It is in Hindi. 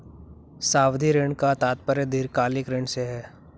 सावधि ऋण का तात्पर्य दीर्घकालिक ऋण से है